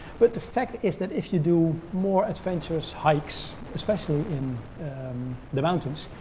but the fact is that if you do more adventurous hikes, especially in the mountains,